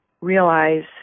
realize